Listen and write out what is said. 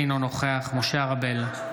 אינו נוכח משה ארבל,